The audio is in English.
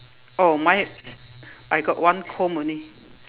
oh mine I got one comb only